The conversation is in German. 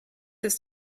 ist